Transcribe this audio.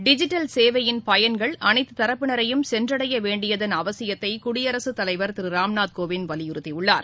digital சேவையின் பயன்கள் அனைத்து தரப்பினரையும் சென்றடையவேண்டியதன் அவசியத்தை குடியரசுத்தலைவர் திரு ராம்நாத் கோவிந்த் வலியுறுத்தியுள்ளார்